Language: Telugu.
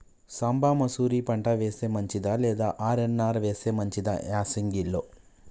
సాంబ మషూరి పంట వేస్తే మంచిదా లేదా ఆర్.ఎన్.ఆర్ వేస్తే మంచిదా యాసంగి లో?